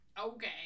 okay